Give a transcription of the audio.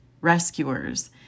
rescuers